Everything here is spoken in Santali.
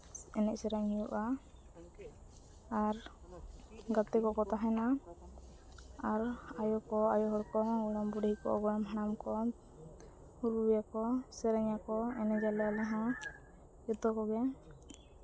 ᱮᱱᱮᱡ ᱥᱮᱨᱮᱧ ᱦᱩᱭᱩᱜᱼᱟ ᱟᱨ ᱜᱟᱛᱮ ᱠᱚᱠᱚ ᱛᱟᱦᱮᱱᱟ ᱟᱨ ᱟᱭᱳ ᱠᱚ ᱟᱭᱳ ᱦᱚᱲ ᱠᱚᱦᱚᱸ ᱜᱚᱲᱚᱢ ᱵᱩᱲᱦᱤ ᱠᱚ ᱜᱚᱲᱚᱢ ᱦᱟᱲᱟᱢ ᱠᱚ ᱨᱩᱭᱟᱠᱚ ᱥᱮᱨᱮᱧ ᱟᱠᱚ ᱮᱱᱮᱡ ᱟᱞᱮ ᱟᱞᱮ ᱦᱚᱸ ᱡᱚᱛᱚ ᱠᱚᱜᱮ